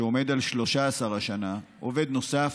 שעומד על 13 השנה, עובד נוסף,